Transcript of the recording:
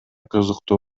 кызыктуу